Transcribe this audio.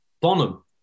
Bonham